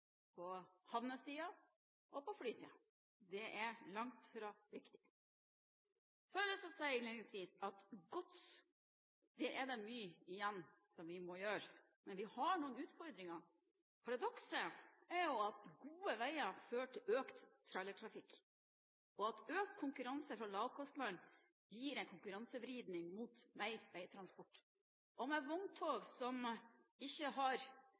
på havnesiden og på flysiden – det er langt fra riktig. Jeg har lyst til å si innledningsvis at når det gjelder gods, er det mye igjen som vi må gjøre. Vi har noen utfordringer. Paradokset er at gode veier fører til økt trailertrafikk, og at økt konkurranse fra lavkostland gir en konkurransevridning mot mer veitransport, og med vogntog som ikke har